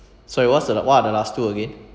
sorry what's the what are the last two again